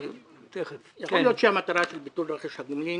יכול להיות שהמטרה של ביטול רכש הגומלין